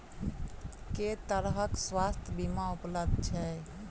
केँ तरहक स्वास्थ्य बीमा उपलब्ध छैक?